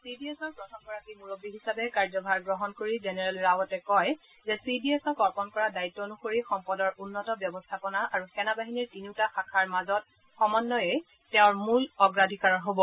C D এছৰ প্ৰথমগৰাকী মূৰববী হিচাপে কাৰ্যভাৰ গ্ৰহণ কৰি জেনেৰেল ৰাৱটে কয় যে চি ডি এছক অৰ্পণ কৰা দায়িত্ব অনুসবি সম্পদৰ উন্নত ব্যৱস্থাপনা আৰু সেনাবাহিনীৰ তিনিওটা শাখাৰ মাজত সমন্নয়ে তেওঁৰ মূল অগ্লাধিকাৰ হব